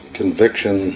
conviction